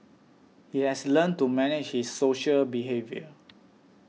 he has learnt to manage his social behaviour